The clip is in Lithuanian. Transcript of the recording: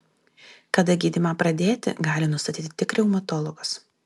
kada gydymą pradėti gali nustatyti tik reumatologas